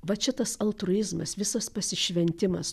vat šitas altruizmas visas pasišventimas